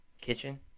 kitchen